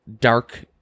dark